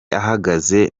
ahagaze